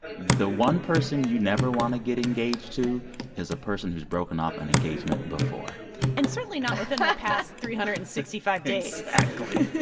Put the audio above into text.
the one person you never want to get engaged to is a person who's broken off an engagement before and certainly not within. the past three hundred and sixty five days exactly